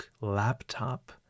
laptop